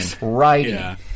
writing